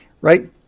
right